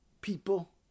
people